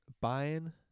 Buying